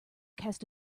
cast